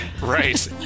Right